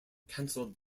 canceled